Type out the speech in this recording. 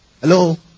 Hello